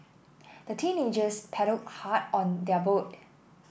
the teenagers paddled hard on their boat